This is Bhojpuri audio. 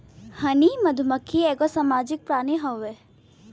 हनी मधुमक्खी एगो सामाजिक प्राणी हउवे